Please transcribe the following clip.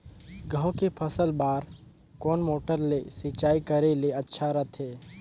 गहूं के फसल बार कोन मोटर ले सिंचाई करे ले अच्छा रथे?